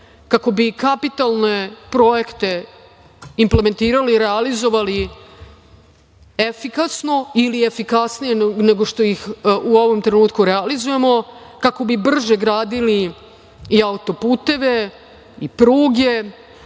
kako bi kapitalne projekte implementirali, realizovali efikasno ili efikasnije nego što ih u ovom trenutku realizujemo kako bi brže gradili i auto-puteve i pruge